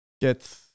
get